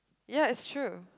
ya it's true